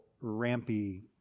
rampy